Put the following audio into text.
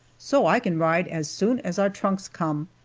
so i can ride as soon as our trunks come.